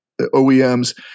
OEMs